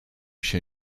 się